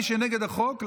ומי שנגד החוק,